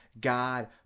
God